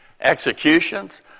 executions